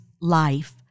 life